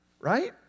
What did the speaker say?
right